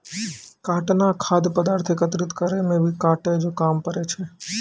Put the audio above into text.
काटना खाद्य पदार्थ एकत्रित करै मे भी काटै जो काम पड़ै छै